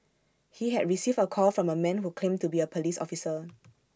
he had received A call from A man who claimed to be A Police officer